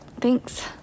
Thanks